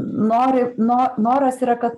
nori no noras yra kad